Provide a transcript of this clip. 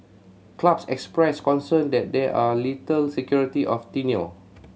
clubs expressed concern that there are little security of tenure